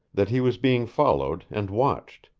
that he was being followed and watched,